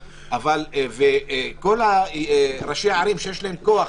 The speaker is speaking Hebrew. כל ראשי הערים שיש להם כוח